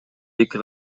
эки